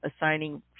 assigning